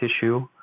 tissue